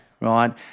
right